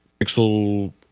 Pixel